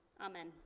amen